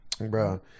Bro